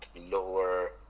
lower